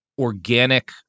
organic